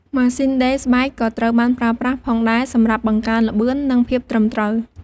ម៉ាស៊ីនដេរស្បែកក៏ត្រូវបានប្រើប្រាស់ផងដែរសម្រាប់បង្កើនល្បឿន និងភាពត្រឹមត្រូវ។